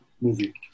movie